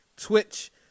Twitch